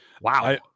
Wow